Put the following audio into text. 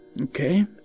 Okay